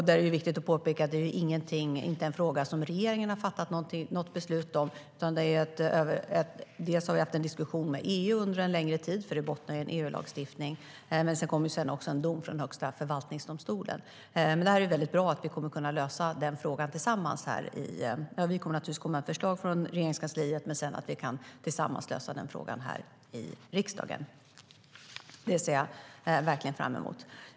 Det är viktigt att påpeka att det inte är en fråga som regeringen har fattat något beslut om. Vi har haft en diskussion med EU under en längre tid eftersom det bottnar i en EU-lagstiftning. Sedan kom också en dom från Högsta förvaltningsdomstolen. Det är väldigt bra att vi kommer att kunna lösa den frågan tillsammans. Vi kommer med förslag från Regeringskansliet, och vi kan sedan tillsammans lösa den frågan här i riksdagen. Det ser jag verkligen fram emot.